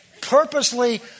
purposely